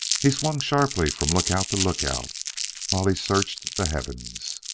he swung sharply from lookout to lookout while he searched the heavens.